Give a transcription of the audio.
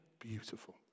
beautiful